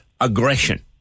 aggression